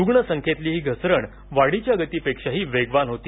रुणसंख्येतली ही घसरण वादीच्या गतीपेक्षाही वेगवान होती